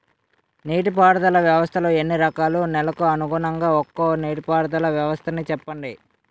నీటి పారుదల వ్యవస్థలు ఎన్ని రకాలు? నెలకు అనుగుణంగా ఒక్కో నీటిపారుదల వ్వస్థ నీ చెప్పండి?